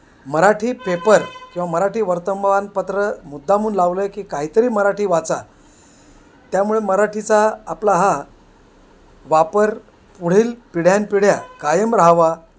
Marathi paper किंवा मराठी वर्तमानपत्र मुद्दामून लावलं की काहीतरी मराठी वाचा त्यामुळे मराठीचा आपला हा वापर पुढील पिढ्यानपिढ्या कायम राहावा